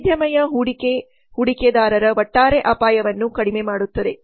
ವೈವಿಧ್ಯಮಯ ಹೂಡಿಕೆ ಹೂಡಿಕೆದಾರರ ಒಟ್ಟಾರೆ ಅಪಾಯವನ್ನು ಕಡಿಮೆ ಮಾಡುತ್ತದೆ